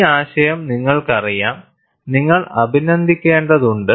ഈ ആശയം നിങ്ങൾക്കറിയാം നിങ്ങൾ അഭിനന്ദിക്കേണ്ടതുണ്ട്